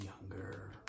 younger